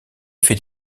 fait